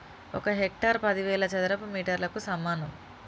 ఒక హెక్టారు పదివేల చదరపు మీటర్లకు సమానం